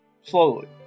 Slowly